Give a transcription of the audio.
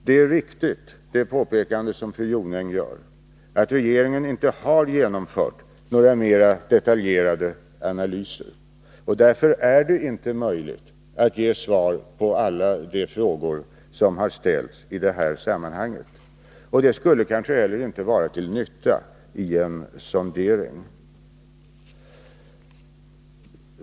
Det är ett riktigt påpekande som fru Jonäng gör när ni säger att regeringen inte har genomfört några mera detaljerade analyser. Därför är det inte möjligt att ge svar på alla de frågor som har ställts i det här sammanhanget, och det skulle kanske inte heller vara till nytta vid en sondering.